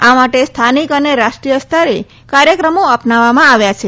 આ માટે સ્થાનિક અને રાષ્ટ્રીય સ્તરે કાર્થક્રમો અપનાવવામાં આવ્યા છે